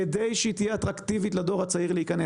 כדי שחבר'ה צעירים ירצו להיכנס.